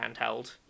handheld